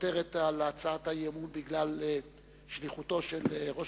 מוותרת על הצעת האי-אמון בגלל שליחותו של ראש